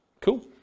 Cool